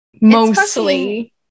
mostly